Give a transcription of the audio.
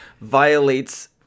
violates